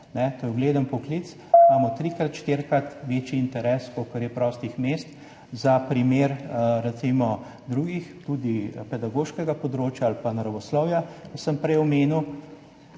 To je ugleden poklic. Imamo trikrat, štirikrat večji interes, kolikor je prostih mest. V primeru recimo drugih, tudi s pedagoškega področja ali iz naravoslovja, kot sem prej omenil,